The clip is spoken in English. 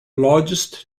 largest